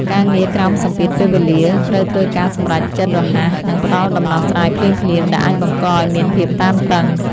ការងារក្រោមសម្ពាធពេលវេលា ត្រូវធ្វើការសម្រេចចិត្តរហ័ស និងផ្ដល់ដំណោះស្រាយភ្លាមៗ ដែលអាចបង្កឱ្យមានភាពតានតឹង។